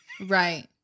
right